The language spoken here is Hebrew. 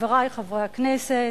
חברי חברי הכנסת,